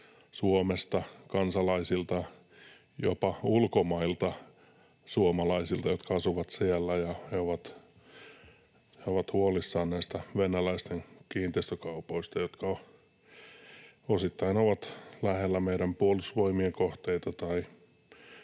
Suomesta kansalaisilta, jopa ulkomailta suomalaisilta, jotka asuvat siellä, ja he ovat huolissaan näistä venäläisten kiinteistökaupoista, jotka osittain ovat lähellä meidän Puolustusvoimien kohteita tai